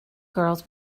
girls